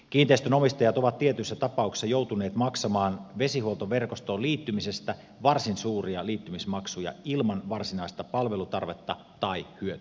kiinteistönomistajat ovat tietyissä tapauksissa joutuneet maksamaan vesihuoltoverkostoon liittymisestä varsin suuria liittymismaksuja ilman varsinaista palvelutarvetta tai hyötyä